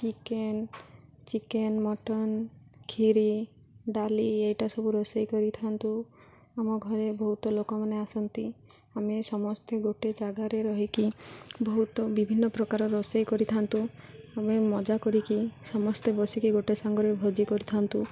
chicken chicken mutton କ୍ଷୀରି ଡାଲି ଏଇଟା ସବୁ ରୋଷେଇ କରିଥାନ୍ତୁ ଆମ ଘରେ ବହୁତ ଲୋକମାନେ ଆସନ୍ତି ଆମେ ସମସ୍ତେ ଗୋଟେ ଜାଗାରେ ରହିକି ବହୁତ ବିଭିନ୍ନ ପ୍ରକାର ରୋଷେଇ କରିଥାନ୍ତୁ ଆମେ ମଜା କରିକି ସମସ୍ତେ ବସିକି ଗୋଟେ ସାଙ୍ଗରେ ଭୋଜି କରିଥାନ୍ତୁ